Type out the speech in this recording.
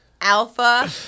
alpha